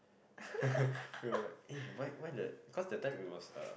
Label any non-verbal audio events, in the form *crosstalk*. *laughs* we were like eh why why the because that time it was uh